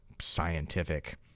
scientific